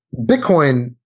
Bitcoin